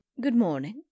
good-morning